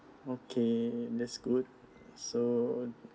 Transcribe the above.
okay that's good so